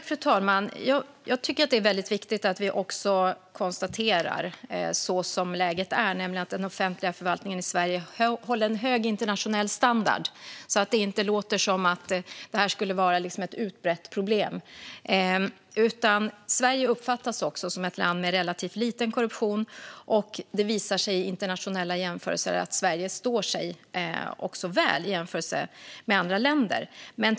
Fru talman! Jag tycker att det är väldigt viktigt att vi konstaterar hur läget är, nämligen att den offentliga förvaltningen i Sverige håller en hög internationell standard, så att det inte låter som att det här skulle vara ett utbrett problem. Sverige uppfattas också som ett land med relativt liten korruption, och det visar sig i internationella jämförelser att Sverige står sig väl gentemot andra länder.